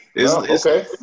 Okay